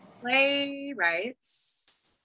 playwrights